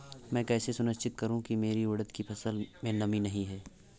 मैं कैसे सुनिश्चित करूँ की मेरी उड़द की फसल में नमी नहीं है?